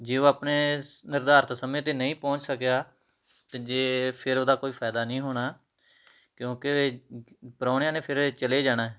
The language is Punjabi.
ਜੇ ਉਹ ਆਪਣੇ ਸ ਨਿਰਧਾਰਤ ਸਮੇਂ 'ਤੇ ਨਹੀਂ ਪਹੁੰਚ ਸਕਿਆ ਤੇ ਜੇ ਫਿਰ ਉਹਦਾ ਕੋਈ ਫ਼ਾਇਦਾ ਨਹੀਂ ਹੋਣਾ ਕਿਉਂਕਿ ਪ੍ਰਾਹੁਣਿਆਂ ਨੇ ਫਿਰ ਚਲੇ ਜਾਣਾ